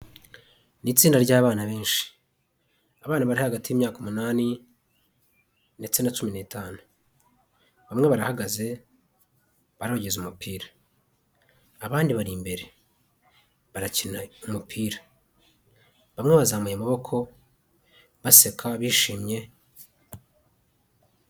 Ni itsinda ry’abana benshi. Abana bari hagati y’imyaka umunani ndetse na cumi n’itanu. Bamwe barahagaze, barogeza umupira. Abandi bari imbere, barakina umupira. Bamwe bazamuye amaboko baseka bishimye.